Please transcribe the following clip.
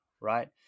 Right